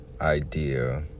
idea